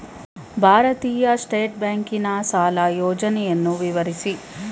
ಭಾರತೀಯ ಸ್ಟೇಟ್ ಬ್ಯಾಂಕಿನ ಸಾಲ ಯೋಜನೆಯನ್ನು ವಿವರಿಸಿ?